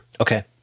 okay